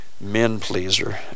Men-pleaser